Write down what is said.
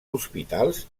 hospitals